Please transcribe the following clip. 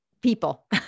people